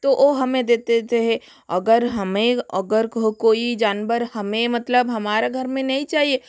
तो ओ हमें दे हे अगर हमें अगर कोई जानवर हमें मतलब हमारा घर में नहीं चाहिए